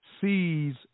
sees